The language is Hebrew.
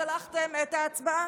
צלחתם את ההצבעה.